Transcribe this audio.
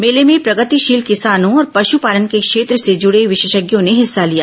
मेले में प्रगतिशील किसानों और पश्पालन के क्षेत्र से जूडे विशेषज्ञों ने हिस्सा लिया